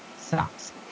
sucks